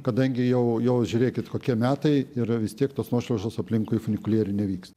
kadangi jau jau žiūrėkit kokie metai yra vis tiek tos nuošliaužos aplinkui funikulierių nevyks